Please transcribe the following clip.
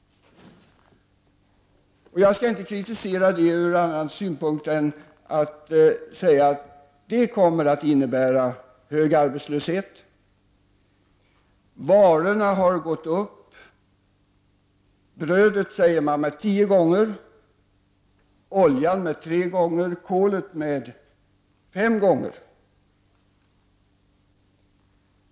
Jag skall inte kritisera det ur någon annan synpunkt än att det kommer att innebära hög arbetslöshet. Priset på varorna har gått upp — brödet tio gånger, oljan tre gånger och kolet fem gånger.